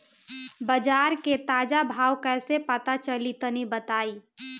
बाजार के ताजा भाव कैसे पता चली तनी बताई?